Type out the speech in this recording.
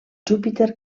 júpiter